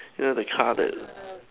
yeah the car that